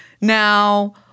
Now